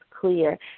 clear